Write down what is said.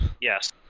Yes